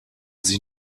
sich